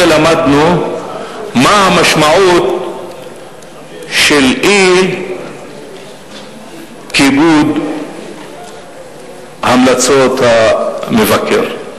למדנו מה המשמעות של אי-כיבוד המלצות המבקר.